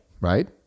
right